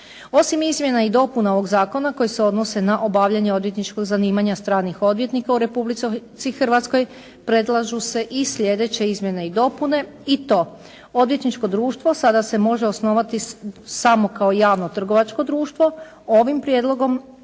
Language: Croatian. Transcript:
Osim izmjena i dopuna ovog zakona koje se odnose na obavljanje odvjetničkog zanimanja stranih odvjetnika u Republici Hrvatskoj, predlažu se i sljedeće izmjene i dopune i to: Odvjetničko društvo sada se može osnovati samo kao javno trgovačko društvo, ovim prijedlogom